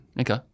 Okay